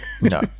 No